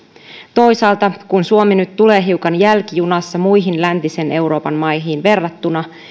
toisaalta kun suomi nyt tulee hiukan jälkijunassa muihin läntisen euroopan maihin verrattuna